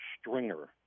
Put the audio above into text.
Stringer